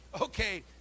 Okay